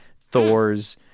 Thor's